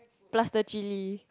plus the chili